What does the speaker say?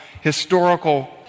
historical